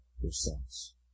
yourselves